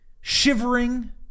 shivering